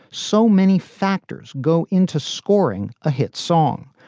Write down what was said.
so many factors go into scoring a hit song,